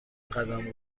قدم